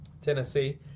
Tennessee